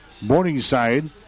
Morningside